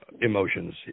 emotions